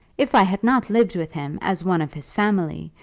if i had not lived with him as one of his family,